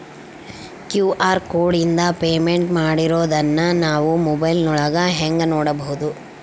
QR ಕೋಡಿಂದ payment ಮಾಡಿರೋದನ್ನ ನಾವು ಮೊಬೈಲಿನೊಳಗ ಹೆಂಗ ನೋಡಬಹುದು?